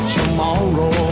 tomorrow